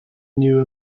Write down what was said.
knew